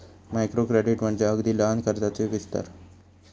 micro credit म्हणजे अगदी लहान कर्जाचो विस्तार